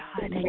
God